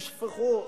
אם זה הסכם טוב,